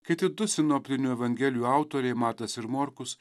kiti du sinoptinių evangelijų autoriai matas ir morkus